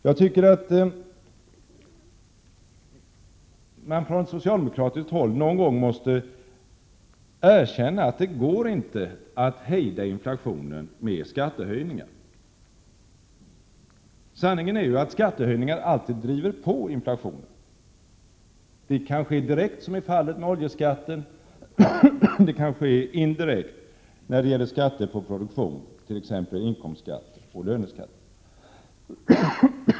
Jag tycker att man från socialdemokratiskt håll någon gång måste erkänna att det inte går att hejda inflationen med skattehöjningar. Sanningen är ju att skattehöjningar alltid driver på inflationen. Det kan ske direkt, som i fallet med oljeskatten, och det kan ske indirekt när det gäller skatter på produktion, t.ex. inkomstskatt och löneskatt.